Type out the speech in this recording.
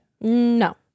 No